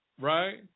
right